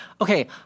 okay